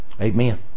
Amen